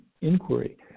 inquiry